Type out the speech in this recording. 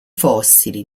fossili